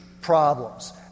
problems